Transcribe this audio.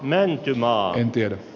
menetin maantiede